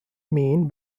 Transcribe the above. mean